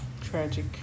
tragic